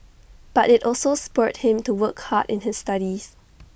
but IT also spurred him to work hard in his studies